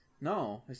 No